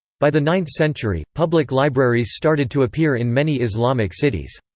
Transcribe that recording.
by the ninth century, public libraries started to appear in many islamic cities.